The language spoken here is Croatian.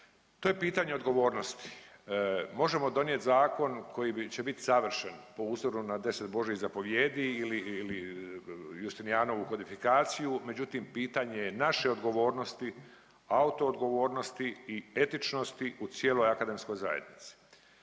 To je pitanje odgovornosti. Možemo donijeti zakon koji će biti savršen po uzoru na 10 Božjih zapovijedi ili Justinijanovu kodifikaciju međutim pitanje je naše odgovornosti, autoodgovornosti i etičnosti u cijeloj akademskoj zajednici.